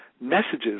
messages